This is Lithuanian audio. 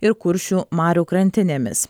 ir kuršių marių krantinėmis